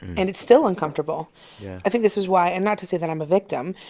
and it's still uncomfortable yeah i think this is why and not to say that i'm a victim.